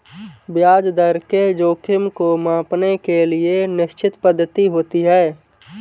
ब्याज दर के जोखिम को मांपने के लिए निश्चित पद्धति होती है